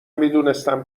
میدونستم